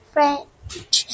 French